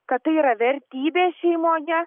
kad tai yra vertybė šeimoje